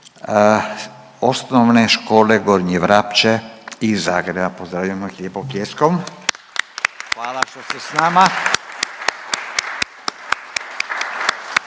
Osnovne škole Gornje Vrapče iz Zagreba. Pozdravimo ih lijepo pljeskom. …/Pljesak./… Hvala što ste s nama.